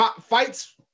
fights